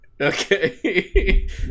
Okay